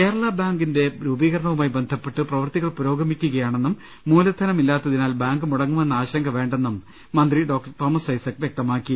കേരള ബാങ്കിന്റെ രൂപീകരണവുമായി ബന്ധപ്പെട്ട് പ്രവൃത്തി കൾ പുരോഗമിക്കുകയാണെന്നും മൂലധനമില്ലാത്തിനാൽ ബാങ്ക് മുട ങ്ങുമെന്ന ആശങ്ക വേണ്ടെന്നും മന്ത്രി ഡോക്ടർ തോമസ് ഐസക് പറ ഞ്ഞു